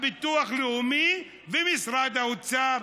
הביטוח הלאומי ומשרד האוצר,